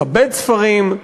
לכבד ספרים,